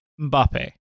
Mbappe